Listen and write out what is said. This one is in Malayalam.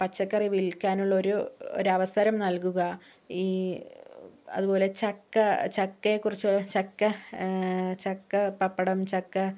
പച്ചക്കറി വിൽക്കാൻ ഉള്ള ഒരു ഒരവസരം നൽകുക ഈ അതുപോലെ ചക്ക ചക്കയെക്കുറിച്ച് ചക്ക ചക്കപപ്പടം ചക്ക